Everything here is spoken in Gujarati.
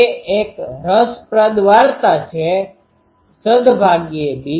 તે એક રસપ્રદ વાર્તા છે સદભાગ્યે બી